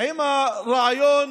עם הרעיון